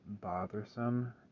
bothersome